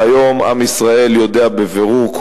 והיום עם ישראל יודע בבירור,